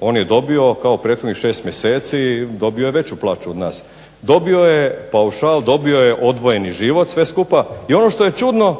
on je dobio kao prethodnih 6 mjeseci i dobio je veću plaću od nas. Dobio je paušal, dobio je odvojeni život sve skupa i ono što je čudno